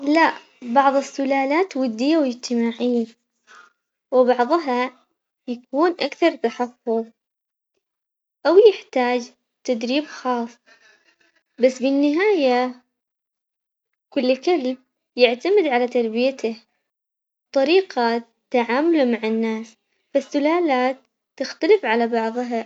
الكلب يحتاج حوالي عشرين إلى ستين دقيقة تمرين يومياً، يعتمد على نوعه وطبيعته، بغض ال- بعض الكلاب تحتاج تركض وتلعب أكثر والبعض الثاني يكتفي بالمشي الخفيف لذ- ع- يختلف من بعض من كلب من كلب إلى آخر.